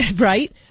Right